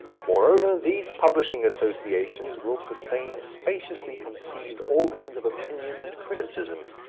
moreover, these publishing associations will sustain spaciously conceived organs of opinion and criticism,